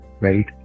right